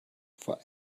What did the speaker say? for